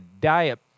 Diet